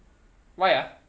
why ah